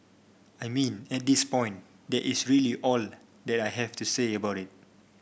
I mean at this point that is really all that I have to say about it